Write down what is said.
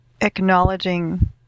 acknowledging